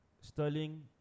Sterling